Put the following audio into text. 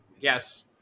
Yes